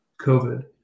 COVID